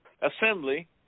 assembly